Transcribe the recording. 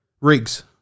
Rigs